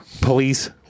police